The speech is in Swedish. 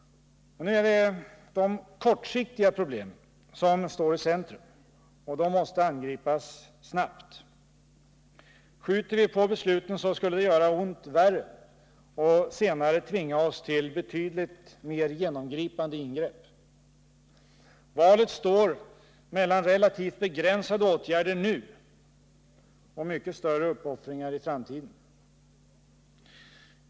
Men nu är det de kortsiktiga problemen som står i centrum, och de måste angripas snabbt. Skjuter vi på besluten skulle det göra ont värre och senare tvinga oss till betydligt mer genomgripande ingrepp. Valet står mellan relativt begränsade åtgärder nu och mycket större uppoffringar i framtiden.